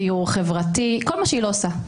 דיור חברתי כל מה שהיא לא עושה.